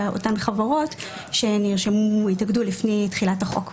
אותן חברות שנרשמו או התאגדו לפני תחילת החוק.